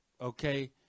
okay